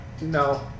No